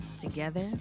Together